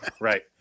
right